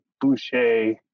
Boucher